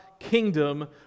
Kingdom